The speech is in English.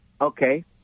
okay